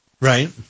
Right